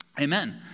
Amen